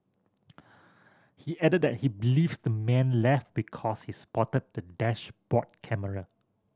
he added that he believes the man left because he spotted the dashboard camera